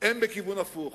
הם בכיוון הפוך.